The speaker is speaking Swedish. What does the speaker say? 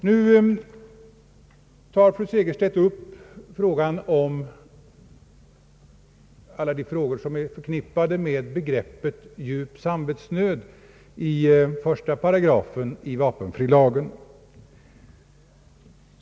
Nu tar fru Segerstedt Wiberg upp frågor som är förknippade med begreppet djup samvetsnöd i 8 1 i vapenfrilagen.